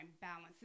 balance